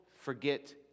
forget